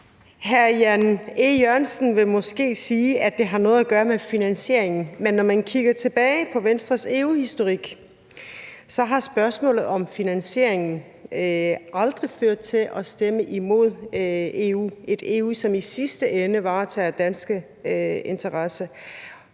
Hr. Jan E. Jørgensen vil måske sige, at det har noget med finansieringen at gøre, men når man kigger tilbage på Venstres EU-historik, har spørgsmålet om finansieringen aldrig ført til, at man stemte imod et EU, som i sidste ende varetager danske interesser.